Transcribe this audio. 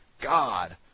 God